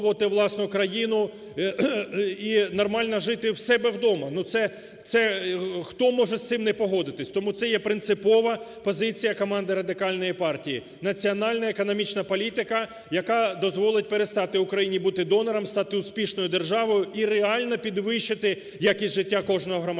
власну країну і нормально жити в себе дома, ну, це хто може з цим не погодитися? Тому це є принципова позиція команди Радикальної партії: національна економічна політика, яка дозволить перестати Україні бути донором, стати успішною державою і реально підвищити якість життя кожного громадянина.